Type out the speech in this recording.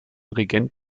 regent